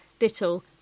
Little